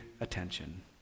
attention